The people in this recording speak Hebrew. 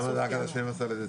למה רק עד ה-12 בדצמבר?